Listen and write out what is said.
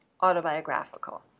autobiographical